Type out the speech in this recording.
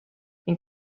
ning